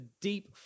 deep